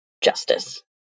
justice